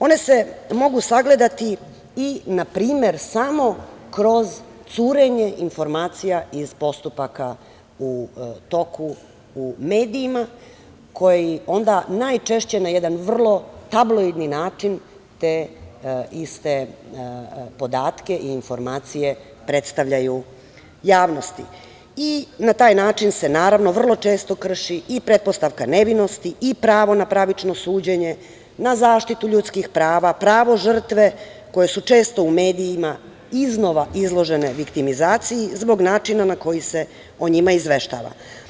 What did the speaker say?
One se mogu sagledati i na primer samo kroz curenje informacija iz postupaka u toku, u medijima koji onda najčešće na jedan vrlo tabloidni način te iste podatke informacije predstavljaju javnosti i na taj način se naravno vrlo često krši i pretpostavka nevinosti i pravo na pravično suđenje na zaštitu ljudskih prava, pravo žrtve koje su često u medijima iznova izložene viktimizaciji, zbog načina na koji se o njima izveštava.